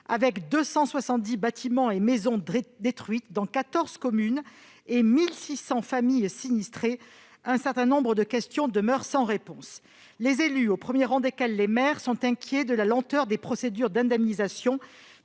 avec 270 bâtiments et maisons détruits dans quatorze communes et 1 600 familles sinistrées, certaines questions demeurent sans réponse. Les élus, au premier rang desquels les maires, sont inquiets de la lenteur des procédures d'indemnisation